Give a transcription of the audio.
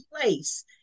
place